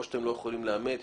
או שאתם לא יכולים לאמת,